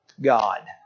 God